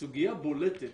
סוגיה בולטת,